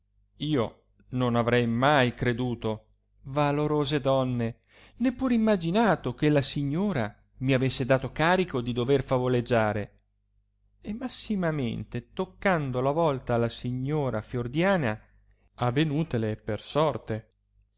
io non avrei mai creduto valorose donne né pur imaginato che la signora mi avesse dato carico di dover favoleggiare e massimamente toccando la volta alla signora fiordiana avenutale per sorte